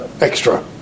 extra